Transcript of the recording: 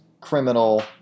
criminal